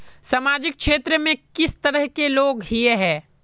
सामाजिक क्षेत्र में किस तरह के लोग हिये है?